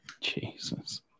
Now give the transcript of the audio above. Jesus